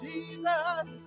Jesus